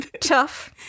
Tough